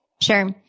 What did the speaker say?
Sure